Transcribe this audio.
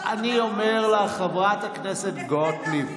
אז אני אומר לך, חברת הכנסת גוטליב.